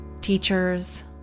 teachers